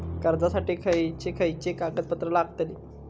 कर्जासाठी खयचे खयचे कागदपत्रा लागतली?